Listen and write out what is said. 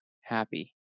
happy